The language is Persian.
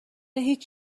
هیچ